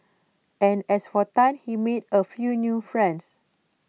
and as for Tan he made A few new friends